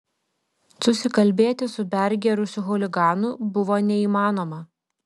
susikalbėti su pergėrusiu chuliganu buvo neįmanoma